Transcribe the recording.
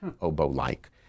oboe-like